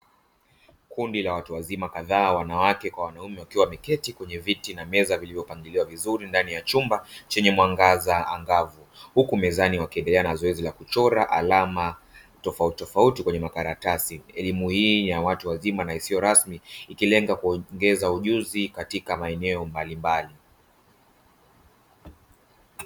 Kundi la watu wazima kadhaa wanawake kwa wanaume wakiwa wameketi kwenye viti na meza vilivyopangiliwa vizuri ndani ya chumba chenye mwangaza angavu. Huku mezani wakiendelea na zoezi la kuchora alama tofautitofauti kwenye makaratasi. Elimu hii ni ya watu wazima na isio rasmi ikilenga kuongeza ujuzi katika maeneo mbalimbali.